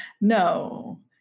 no